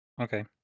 Okay